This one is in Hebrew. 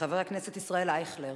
חבר הכנסת ישראל אייכלר.